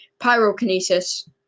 pyrokinesis